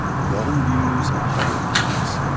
wrong views, abhorrent views.